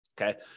Okay